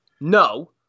No